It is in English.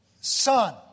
Son